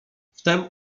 wtem